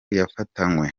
yafatanywe